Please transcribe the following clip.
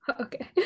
okay